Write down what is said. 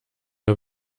nur